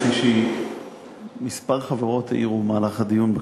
כפי שכמה חברות העירו במהלך הדיון,